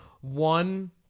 one